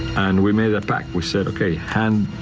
and we made a pact. we said, ok hand